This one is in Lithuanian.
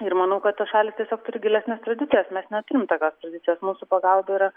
ir manau kad tos šalys tiesiog turi gilesnes tradicijas mes neturim tokios tradicijos mūsų pagalba yra